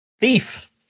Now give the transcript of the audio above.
thief